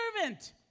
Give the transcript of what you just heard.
servant